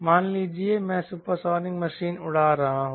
मान लीजिए मैं सुपरसोनिक मशीन उड़ा रहा हूं